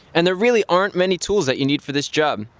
and there really aren't many tools that you need for this job.